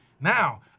Now